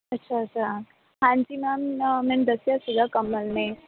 ਅੱਛਾ ਅੱਛਾ ਹਾਂਜੀ ਮੈਮ ਮੈਨੂੰ ਦੱਸਿਆ ਸੀਗਾ ਕਮਲ ਨੇ